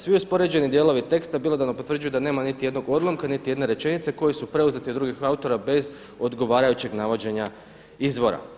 Svi uspoređeni dijelovi teksta bilo da nam potvrđuju da nema niti jednog odlomka, niti jedne rečenice koji su preuzeti od drugih autora bez odgovarajućeg navođenja izvora.